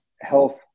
health